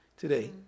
today